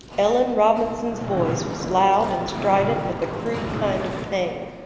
ellen robinson's voice was loud and strident with a crude kind of pain.